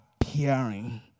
appearing